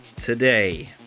today